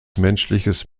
menschliches